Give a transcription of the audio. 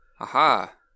Aha